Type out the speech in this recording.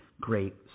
great